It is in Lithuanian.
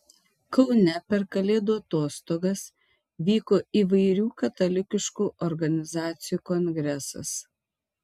kaune per kalėdų atostogas vyko įvairių katalikiškų organizacijų kongresas